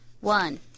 One